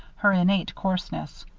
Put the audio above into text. her innate coarseness.